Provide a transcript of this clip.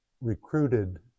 recruited